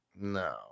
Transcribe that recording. No